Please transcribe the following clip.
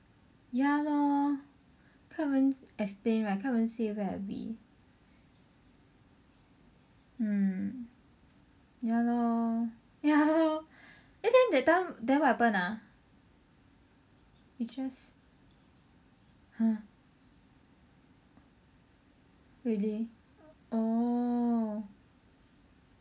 ya lor can't even explain right can't even say where are we mm ya lor ya lor eh then that time then what happen ah it's just !huh! really oh